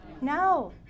No